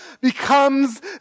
becomes